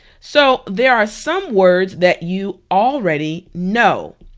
so there are some words that you already know.